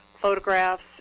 photographs